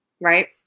right